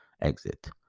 exit